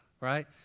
right